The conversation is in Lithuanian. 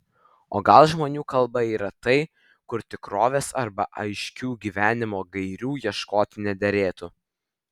o gal žmonių kalba yra tai kur tikrovės arba aiškių gyvenimo gairių ieškoti nederėtų